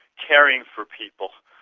caring for people.